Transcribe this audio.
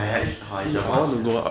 yes it's a must